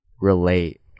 relate